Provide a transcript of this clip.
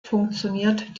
funktioniert